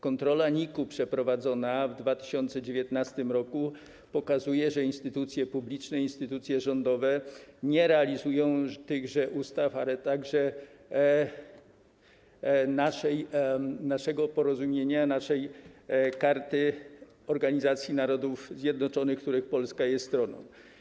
Kontrola NIK-u przeprowadzona w 2019 r. pokazuje, że instytucje publiczne, instytucje rządowe nie realizują już tychże ustaw, ale także naszego porozumienia, naszej Karty Narodów Zjednoczonych, której Polska jest stroną.